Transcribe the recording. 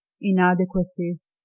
inadequacies